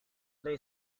play